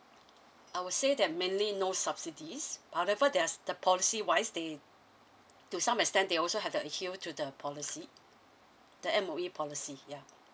I would say that mainly no subsidies however their s~ the policy wise they to some extent they also have to adhere to the policy the M_O_E policy ya